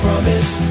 Promise